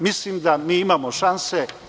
Mislim da mi imamo šanse.